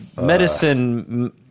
Medicine